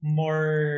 more